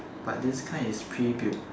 but this kind is pre built